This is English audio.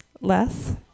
less